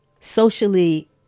socially